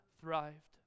thrived